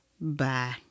bye